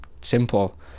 simple